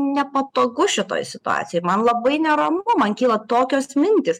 nepatogu šitoj situacijoj ir man labai neramu man kyla tokios mintys